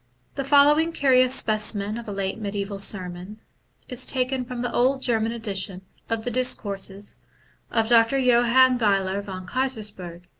the following curious specimen of a late mediabval sermon is taken from the old german edition of the discourses of dr. johann geiler von keysersperg,